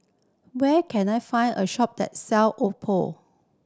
where can I find a shop that sell Oppo